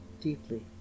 deeply